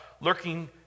lurking